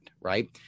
right